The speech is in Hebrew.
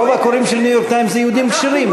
רוב הקוראים של "ניו-יורק טיימס" זה יהודים כשרים,